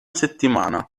settimana